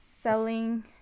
selling